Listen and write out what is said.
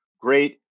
great